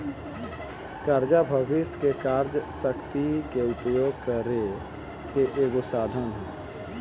कर्जा भविष्य के कार्य शक्ति के उपयोग करे के एगो साधन ह